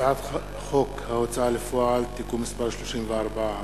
הצעת חוק ההוצאה לפועל (תיקון מס' 34),